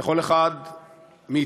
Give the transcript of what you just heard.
לכל אחד מאתנו